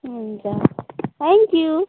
हुन्छ thank you